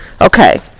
Okay